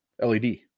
LED